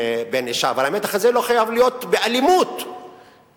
אבל המתח הזה לא חייב להיות באלימות אלא